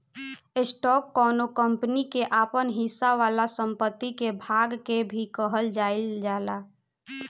stock कौनो company के आपन हिस्सा वाला संपत्ति के भाग के भी कहल जाइल जाला